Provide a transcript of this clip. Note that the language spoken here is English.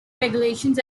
regulations